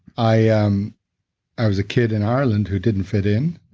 i ah um i was a kid in ireland who didn't fit in.